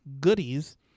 goodies